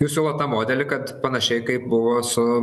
jūs siūlot tą modelį kad panašiai kaip buvo su